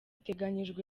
iteganyijwe